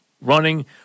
running